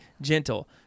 gentle